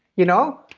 you know.